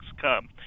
come